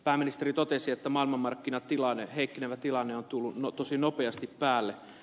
pääministeri totesi että maailmanmarkkinatilanne heikkenevä tilanne on tullut tosi nopeasti päälle